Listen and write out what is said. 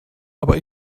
aber